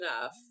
enough